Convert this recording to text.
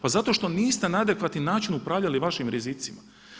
Pa zato što niste na adekvatni način upravljali vašim rizicima.